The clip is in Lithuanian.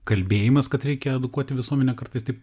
kalbėjimas kad reikia edukuoti visuomenę kartais taip